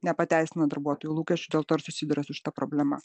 nepateisina darbuotojų lūkesčių dėl to ir susiduria su šita problema